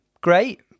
great